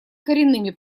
коренными